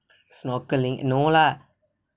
snorkeling no lah